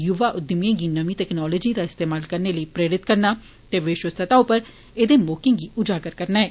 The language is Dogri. युवा उद्यमिएं गी नमीं तकनालोजी दा इस्तेमाल करने लेई प्रेरित करना ते वैश्विक स्तर उप्पर ऐदे मौके गी उजागर करना ऐ